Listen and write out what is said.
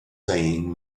saying